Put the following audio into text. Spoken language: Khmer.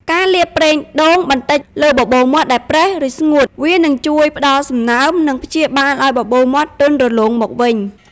ការលាបប្រេងដូងបន្តិចលើបបូរមាត់ដែលប្រេះ ឬស្ងួត វានឹងជួយផ្តល់សំណើម និងព្យាបាលឲ្យបបូរមាត់ទន់រលោងមកវិញ។